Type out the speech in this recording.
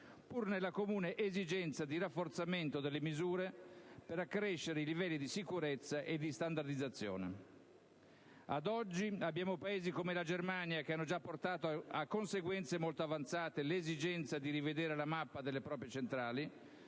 pur nella comune esigenza di rafforzamento delle misure per accrescere i livelli di sicurezza e di standardizzazione. Ad oggi abbiamo Paesi come la Germania, che hanno portato già a conseguenze molto avanzate l'esigenza di rivedere la mappa delle proprie centrali,